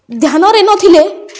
ଧ୍ୟାନରେ ନଥିଲେ